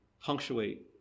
punctuate